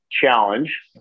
Challenge